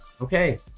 Okay